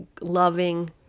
loving